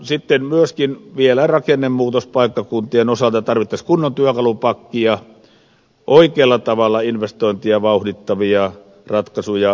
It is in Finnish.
sitten myöskin vielä rakennemuutospaikkakuntien osalta tarvittaisiin kunnon työkalupakkia oikealla tavalla investointia vauhdittavia ratkaisuja